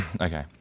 Okay